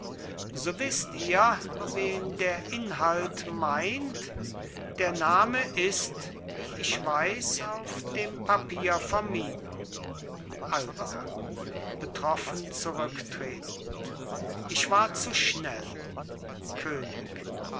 so wißt ihr wen der inhalt meint der name ist wie ich weiß auf dem papier vermieden alba betroffen zurücktretend ich war zu schnell könig